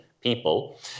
people